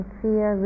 fear